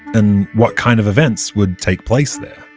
and what kind of events would take place there?